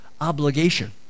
obligation